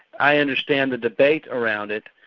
i understand the debate around it,